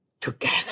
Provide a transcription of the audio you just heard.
together